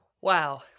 Wow